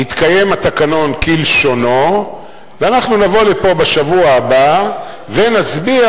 יתקיים התקנון כלשונו ונבוא לפה בשבוע הבא ונצביע